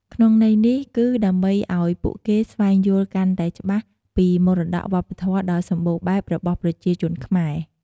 ក្នុងន័យនេះគឺដើម្បីអោយពួកគេស្វែងយល់កាន់តែច្បាស់ពីមរតកវប្បធម៌ដ៏សម្បូរបែបរបស់ប្រជាជនខ្មែរ។